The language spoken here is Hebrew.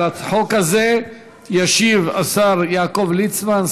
לחוק הזה ישיב השר יעקב ליצמן,